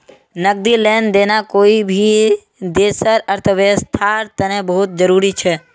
नकदी लेन देन कोई भी देशर अर्थव्यवस्थार तने बहुत जरूरी छ